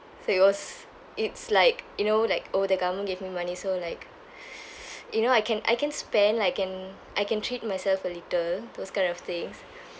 so it was it's like you know like oh the government gave me money so like you know I can I can spend I can I can treat myself a little those kind of things